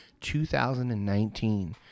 2019